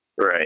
Right